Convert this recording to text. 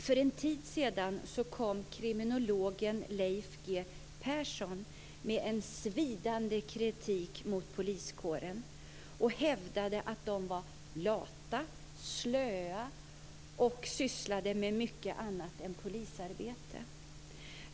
För en tid sedan kom kriminologen Leif G W Persson med en svidande kritik mot poliskåren. Han hävdade att de är lata, slöa och att de sysslar med mycket annat än polisarbete.